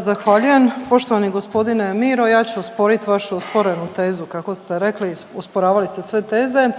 (SDP)** Zahvaljujem. Poštovani gospodine Miro, ja ću osporit vašu osporenu tezu kako ste rekli, osporavali ste sve teze